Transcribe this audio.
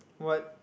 what